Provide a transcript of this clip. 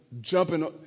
jumping